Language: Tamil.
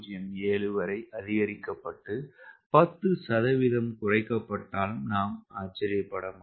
07 வரை அதிகரிக்கப்பட்டு 10 சதவிகிதம் குறைக்கப்பட்டாலும் நாம் ஆச்சரியப்பட மாட்டோம்